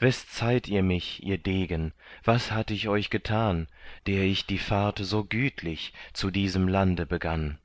wes zeiht ihr mich ihr degen was hatt ich euch getan der ich die fahrt so gütlich zu diesem lande begann